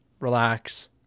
relax